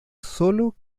sólo